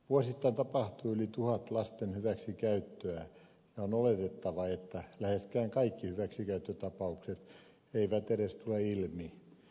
vuosittain tapahtuu yli tuhat lasten hyväksikäyttöä ja on oletettavaa että läheskään kaikki hyväksikäyttötapaukset eivät edes tule ilmi